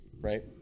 right